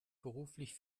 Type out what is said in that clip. beruflich